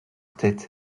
tête